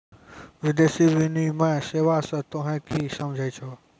विदेशी विनिमय सेवा स तोहें कि समझै छौ